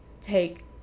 take